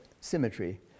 symmetry